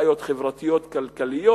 בעיות חברתיות-כלכליות.